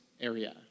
area